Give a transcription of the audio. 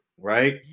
right